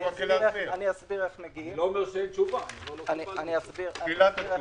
-- זאת תחילת התשובה.